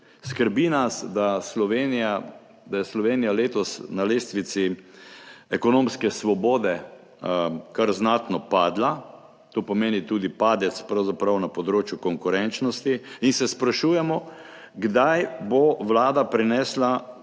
Skrbi nas, da je Slovenija letos na lestvici ekonomske svobode kar znatno padla, to pomeni tudi padec pravzaprav na področju konkurenčnosti. In se sprašujemo, kdaj bo vlada prinesla